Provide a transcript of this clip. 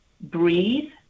breathe